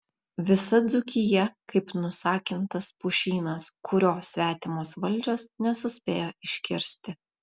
visa dzūkija kaip nusakintas pušynas kurio svetimos valdžios nesuspėjo iškirsti